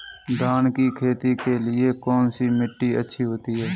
धान की खेती के लिए कौनसी मिट्टी अच्छी होती है?